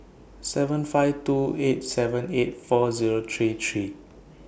seven five two eight seven eight four Zero three three